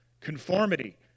Conformity